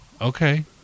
okay